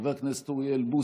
חבר הכנסת אוריאל בוסו,